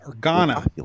Ghana